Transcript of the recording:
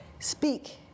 Speak